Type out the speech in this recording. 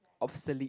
obsolete